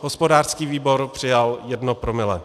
Hospodářský výbor přijal jedno promile.